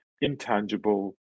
intangible